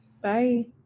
bye